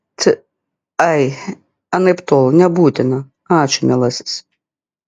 t ai anaiptol nebūtina ačiū mielasis